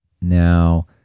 Now